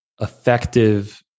effective